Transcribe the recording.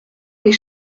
les